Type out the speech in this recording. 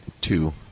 Two